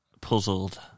puzzled